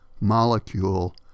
molecule